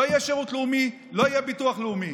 לא יהיה שירות לאומי, לא היה ביטוח לאומי.